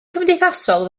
cymdeithasol